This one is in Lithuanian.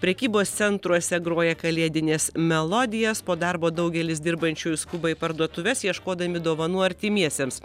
prekybos centruose groja kalėdinės melodijas po darbo daugelis dirbančiųjų skuba į parduotuves ieškodami dovanų artimiesiems